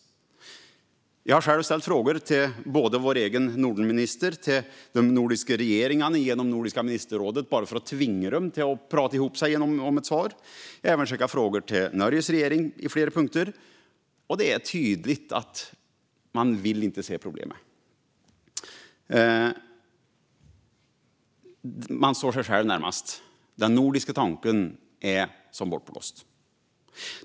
Jag har själv ställt frågor till vår egen Nordenminister och till de nordiska ministrarna genom Nordiska ministerrådet bara för att tvinga dem att prata ihop sig om ett svar. Jag har även skickat frågor till Norges regering på flera punkter. Det är tydligt att man inte vill se problemet. Man står sig själv närmast. Den nordiska tanken är som bortblåst.